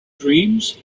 dreams